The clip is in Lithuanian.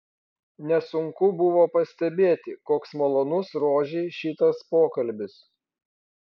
nesunku buvo pastebėti koks malonus rožei šitas pokalbis